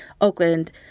Oakland